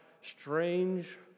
strange